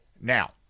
Now